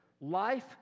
Life